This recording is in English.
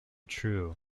true